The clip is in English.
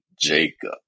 Jacob